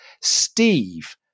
Steve